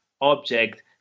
object